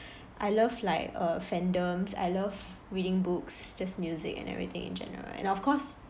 I love like uh fandoms love reading books just music and everything in general and of course